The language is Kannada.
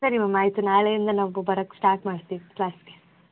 ಸರಿ ಮ್ಯಾಮ್ ಆಯಿತು ನಾಳೆಯಿಂದ ನಾವು ಬರಕ್ಕೆ ಸ್ಟಾರ್ಟ್ ಮಾಡ್ತೀವಿ ಕ್ಲಾಸ್ಗೆ